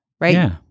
Right